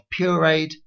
pureed